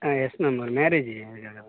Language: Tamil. எஸ் மேம் ஒரு மெரேஜ் அதுக்காக தான்